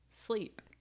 sleep